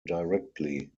directly